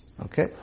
Okay